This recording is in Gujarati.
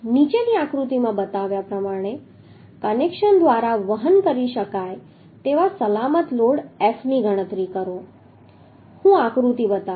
નીચેની આકૃતિમાં બતાવ્યા પ્રમાણે કનેક્શન દ્વારા વહન કરી શકાય તેવા સલામત લોડ Fની ગણતરી કરો હું આકૃતિ બતાવીશ